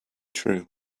true